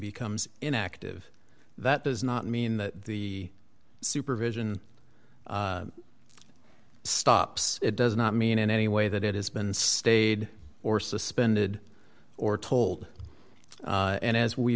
becomes inactive that does not mean that the supervision stops it does not mean in any way that it has been stayed or suspended or told and as we